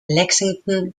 lexington